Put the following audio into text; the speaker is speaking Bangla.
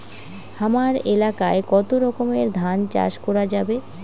হামার এলাকায় কতো রকমের ধান চাষ করা যাবে?